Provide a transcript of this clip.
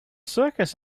circus